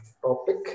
topic